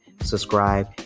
Subscribe